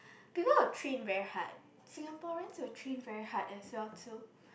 people will train very hard Singaporeans will train very hard as well too